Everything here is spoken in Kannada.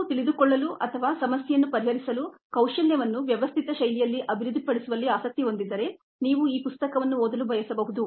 ನೀವು ತಿಳಿದುಕೊಳ್ಳಲು ಅಥವಾ ಸಮಸ್ಯೆಯನ್ನು ಪರಿಹರಿಸುವ ಕೌಶಲ್ಯವನ್ನು ವ್ಯವಸ್ಥಿತ ಶೈಲಿಯಲ್ಲಿ ಅಭಿವೃದ್ಧಿಪಡಿಸುವಲ್ಲಿ ಆಸಕ್ತಿ ಹೊಂದಿದ್ದರೆ ನೀವು ಈ ಪುಸ್ತಕವನ್ನು ಓದಲು ಬಯಸಬಹುದು